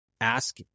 ask